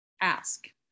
ask